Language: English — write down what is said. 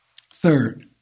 Third